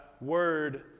word